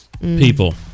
people